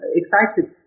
excited